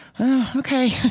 okay